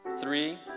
three